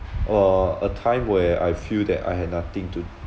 uh a time where I feel that I had nothing to